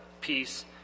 peace